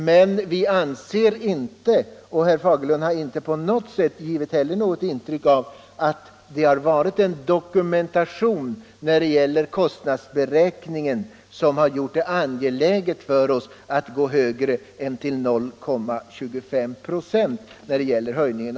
Men vi har inte ansett att den kostnadsberäkning som föreligger har gjort det nödvändigt att gå högre än till 0,25 96 höjning av arbetsgivaravgiften, och herr Fagerlund har inte heller presenterat någon dokumentation för en höjning.